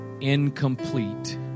incomplete